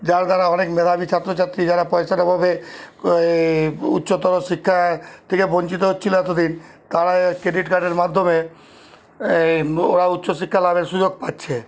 যার দ্বারা অনেক মেধাবী ছাত্রছাত্রী যারা পয়সার অভাবে উচ্চতর শিক্ষা থেকে বঞ্চিত হচ্ছিলো এতদিন তারা ক্রেডিট কার্ডের মাধ্যমে ওরা উচ্চশিক্ষা লাভের সুযোগ পাচ্ছে